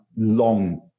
long